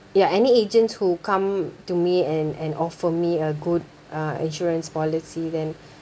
ya any agents who come to me and and offer me a good uh insurance policy then